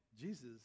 jesus